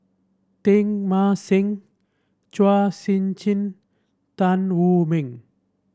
Teng Mah Seng Chua Sian Chin Tan Wu Meng